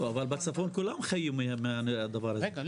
אבל בצפון כולם חיים מהדבר --- רגע,